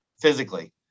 physically